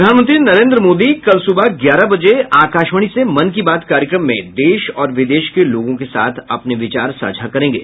प्रधानमंत्री नरेंद्र मोदी कल सुबह ग्यारह बजे आकाशवाणी से मन की बात कार्यक्रम में देश और विदेश के लोगों के साथ अपने विचार साझा करेंगे